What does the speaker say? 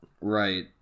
right